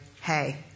hey